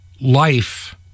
Life